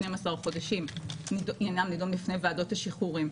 12 חודשים עניינם נדון בפני ועדות השחרורים.